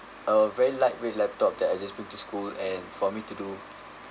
uh very lightweight laptop that I just bring to school and for me to do